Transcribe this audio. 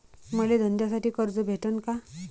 मले धंद्यासाठी कर्ज भेटन का?